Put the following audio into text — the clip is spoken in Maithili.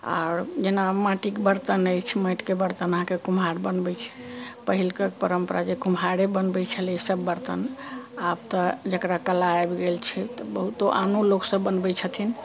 आर जेना माटिक बर्तन अछि माटिके बर्तन अहाँके कुम्हार बनबै पहिलके परम्परा जे कुम्हारे बनबै छलै सभबर्तन आब तऽ जकरा कला आबि गेल छै तऽ बहुतो आनो लोकसभ बनबै छथिन